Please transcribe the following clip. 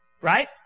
Right